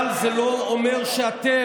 אבל זה לא אומר שאתם,